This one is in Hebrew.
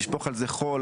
לשפוך על זה חול,